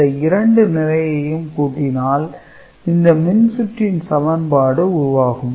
இந்த இரண்டு நிலையையும் கூட்டினால் இந்த மின்சுற்றின் சமன்பாடு உருவாகும்